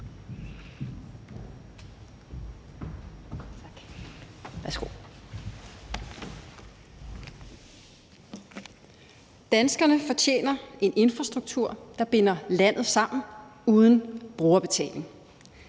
Danskerne fortjener en infrastruktur, der binder landet sammen uden brugerbetaling.